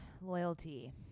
loyalty